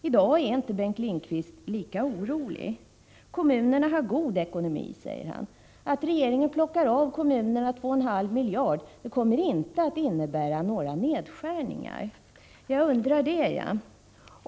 I dag är inte Bengt Lindqvist lika orolig. Kommunerna har god ekonomi, säger han. Att regeringen plockar av kommunerna 2,5 miljarder kommer inte att innebära några nedskärningar, säger Bengt Lindqvist. Jag undrar det jag!